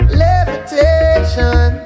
levitation